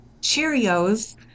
Cheerios